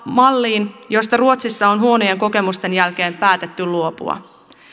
malliin josta ruotsissa on huonojen kokemusten jälkeen päätetty luopua